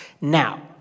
Now